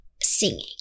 singing